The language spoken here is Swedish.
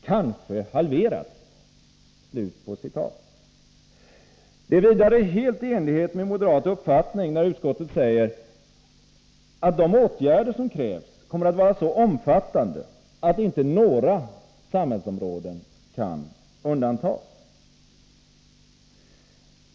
Det är vidare helt i enlighet med moderat uppfattning när utskottet säger att de åtgärder som krävs kommer att ”vara så omfattande att inte några samhällsområden kan undantas”.